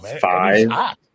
five